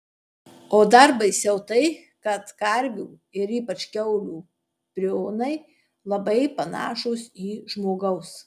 o dar baisiau tai kad karvių ir ypač kiaulių prionai labai panašūs į žmogaus